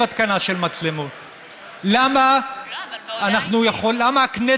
תקנות בריאות העם אינן מחייבות בדיקת הורמונים ותרופות בקולחים